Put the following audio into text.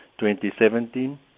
2017